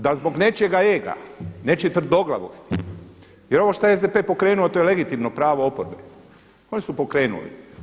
Da zbog nečijega ega, nečije tvrdoglavosti, jer ovo što je SDP pokrenuo to je legitimno pravo oporbe, oni su pokrenuli.